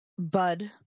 bud